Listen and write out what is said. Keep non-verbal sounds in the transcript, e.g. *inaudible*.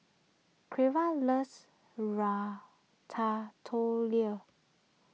Cleva loves *unintelligible*